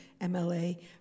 MLA